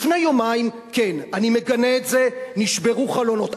לפני יומיים, כן, אני מגנה את זה, נשברו חלונות.